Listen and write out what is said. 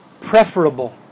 preferable